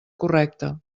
correcta